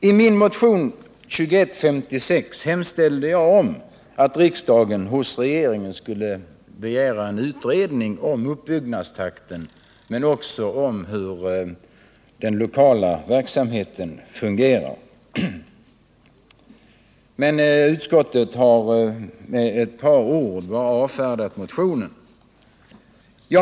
I min motion 2156 hemställde jag om att riksdagen hos regeringen skulle begära en utredning av den lokala konsumentverksamhetens utbyggnadstakt samt av hur den lokala verksamheten fungerar. Men utskottet har med bara ett par ord avfärdat motionen.